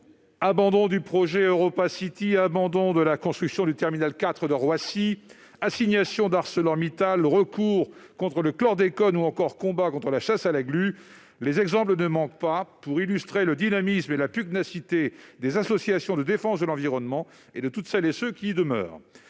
Abandon du projet EuropaCity, abandon de la construction du terminal 4 de Roissy, assignation d'ArcelorMittal, recours contre le chlordécone ou encore combat contre la chasse à la glu : les exemples ne manquent pas pour illustrer le dynamisme et la pugnacité des associations de défense de l'environnement et de toutes celles et de tous ceux